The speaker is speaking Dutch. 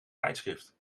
tijdschrift